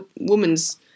woman's